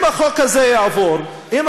אם החוק הזה יעבור, אני ממשיך, עוד לא סיימתי.